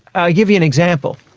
i'll give you an example.